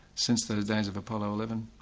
since the days of apollo eleven.